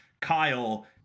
Kyle